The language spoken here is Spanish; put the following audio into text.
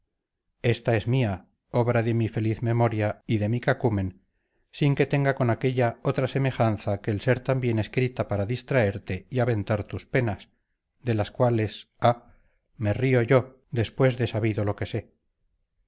esta es mía obra de mi feliz memoria y de mi cacumen sin que tenga con aquella otra semejanza que el ser también escrita para distraerte y aventar tus penas de las cuales ah me río yo después de sabido lo que sé